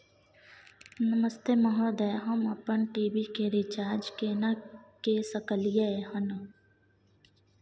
नमस्ते महोदय, हम अपन टी.वी के रिचार्ज केना के सकलियै हन?